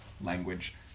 language